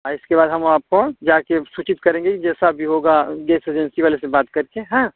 आ इसके बाद हम आपको जाकर सूचित करेंगे कि जैसा भी होगा गैस एजेंसी वाले से बात करके हाँ